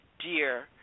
dear